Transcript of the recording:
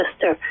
sister